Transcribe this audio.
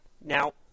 now